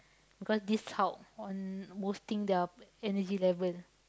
because this help on most thing their energy level